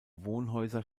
wohnhäuser